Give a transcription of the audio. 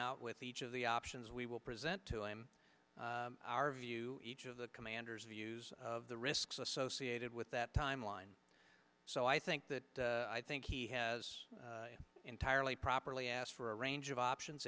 out with each of the options we will present to him our view each of the commanders views of the risks associated with that timeline so i think that i think he has entirely properly asked a range of options